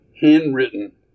handwritten